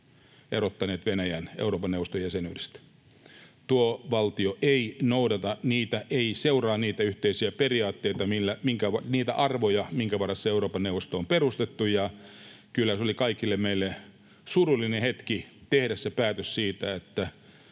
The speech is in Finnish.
erottaneet Venäjän Euroopan neuvoston jäsenyydestä. Tuo valtio ei noudata niitä, ei seuraa niitä yhteisiä periaatteita, niitä arvoja, minkä varassa Euroopan neuvosto on perustettu, ja kyllä se oli kaikille meille surullinen hetki tehdä se päätös siitä, että